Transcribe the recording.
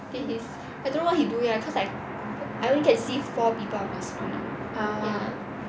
in his I don't know what he doing ah cause I I only see four people on the screen ah